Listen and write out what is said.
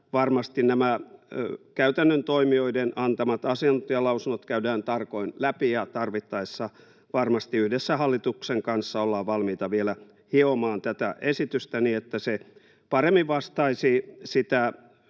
varmasti nämä käytännön toimijoiden antamat asiantuntijalausunnot käydään tarkoin läpi ja tarvittaessa varmasti yhdessä hallituksen kanssa ollaan valmiita vielä hiomaan tätä esitystä niin, että se paremmin vastaisi sitä